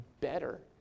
better